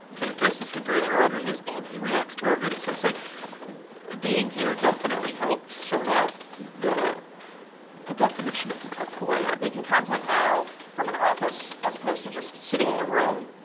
okay, this is who brandon rogers is, and he reacts to our video so it's like being here definitely helped sort out the the definition of of who i am. making content now from an office as opposed to just sitting in your room,